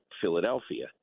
Philadelphia